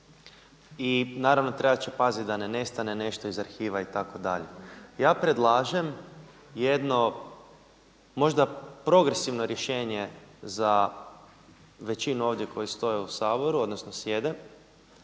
I naravno trebati će paziti da ne nestane nešto iz arhiva itd.. Ja predlažem jedno, možda progresivno rješenje za većinu ovdje koji stoje u Saboru, odnosno sjede,